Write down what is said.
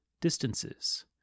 Distances